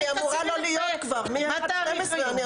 אני אמורה לא להיות כבר מה-1 בדצמבר.